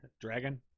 Dragon